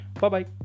bye-bye